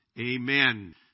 Amen